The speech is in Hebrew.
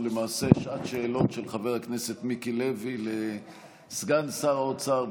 או למעשה שעת שאלות של חבר הכנסת מיקי לוי לסגן שר האוצר,